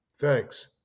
thanks